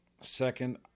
Second